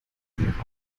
raute